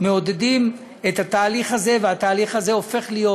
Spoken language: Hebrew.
מעודדות את התהליך הזה, והתהליך הזה הופך להיות,